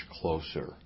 closer